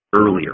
earlier